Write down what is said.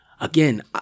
Again